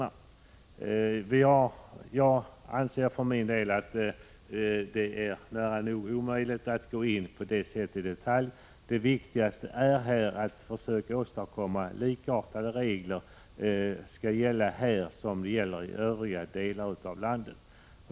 Jag anser för min del att det är nära nog omöjligt att på det sättet gå in i detaljer. Det viktigaste är att försöka åstadkomma att likartade regler gäller här som i övriga delar av landet.